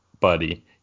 buddy